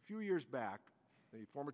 a few years back a former